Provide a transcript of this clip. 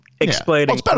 explaining